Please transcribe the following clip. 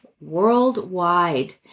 worldwide